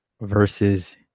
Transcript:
versus